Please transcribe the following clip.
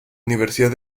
universidad